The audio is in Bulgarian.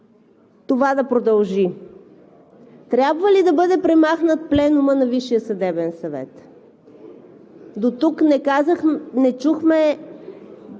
това да продължи. Трябва ли да бъде премахнат пленумът на Висшия съдебен съвет? Дотук не чухме